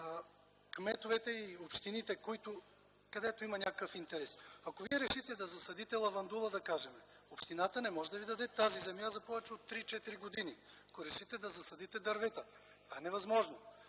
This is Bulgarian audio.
кметовете и общините, където има някакъв интерес. Ако вие решите да засадите лавандула, да кажем, общината не може да ви даде тази земя за повече от 3-4 години. Ако решите да засадите дървета – това е невъзможно.